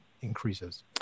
increases